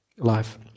life